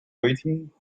waiting